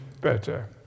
better